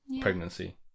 pregnancy